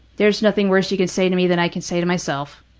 there's nothing worse you can say to me than i can say to myself.